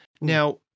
Now